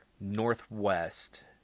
northwest